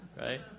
right